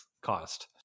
cost